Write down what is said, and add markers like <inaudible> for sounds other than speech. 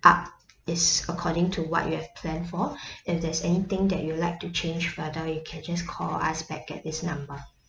up is according to what you have plan for <breath> and there's anything that you like to change further you can just call us back at this number